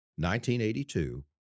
1982